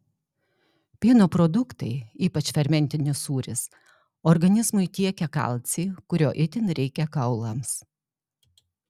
pieno produktai ypač fermentinis sūris organizmui tiekia kalcį kurio itin reikia kaulams